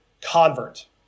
convert